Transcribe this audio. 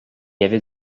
avait